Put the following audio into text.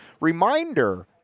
Reminder